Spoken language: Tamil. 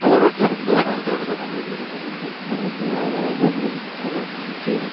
போகிற இடத்துல சந்தோஷமாக இருந்துட்டு வர்றது தான் நம்மளுக்கு ரொம்ப முக்கியம் அதனால் தான் ஒரு சரிங்க